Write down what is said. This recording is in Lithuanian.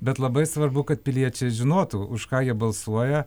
bet labai svarbu kad piliečiai žinotų už ką jie balsuoja